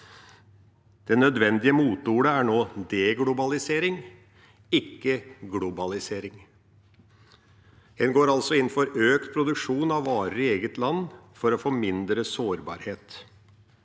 Det nødvendige moteordet er nå deglobalisering, ikke globalisering. En går altså inn for økt produksjon av varer i eget land for å få mindre sårbarhet.